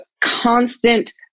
constant